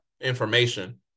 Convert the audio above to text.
information